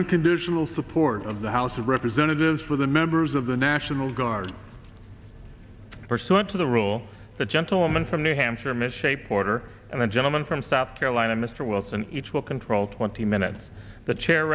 unconditional support of the house of representatives for the members of the national guard pursuant to the rule the gentleman from new hampshire michelle porter and the gentleman from south carolina mr wilson each will control twenty minutes the chair